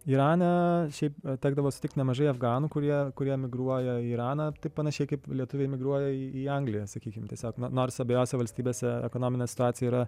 irane šiaip tekdavo sutikt nemažai afganų kurie kurie migruoja į iraną panašiai kaip lietuviai emigruoja į angliją sakykim tiesiog nors abiejose valstybėse ekonominė situacija yra